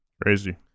Crazy